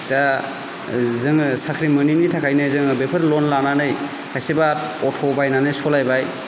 दा जोङो साख्रि मोनिनि थाखायनो जोङो बेफोर लन लानानै खायसेबा अट' बायनानै सालायबाय